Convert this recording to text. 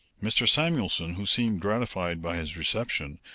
mr. samuelson, who seemed gratified by his reception,